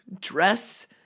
dress